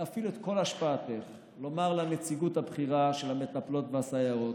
להפעיל את כל השפעתך ולומר לנציגות הבכירה של המטפלות והסייעות: